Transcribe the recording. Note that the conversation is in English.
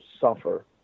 suffer